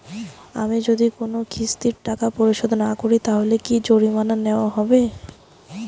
আমি যদি কোন কিস্তির টাকা পরিশোধ না করি তাহলে কি জরিমানা নেওয়া হবে?